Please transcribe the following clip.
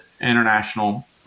international